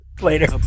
Later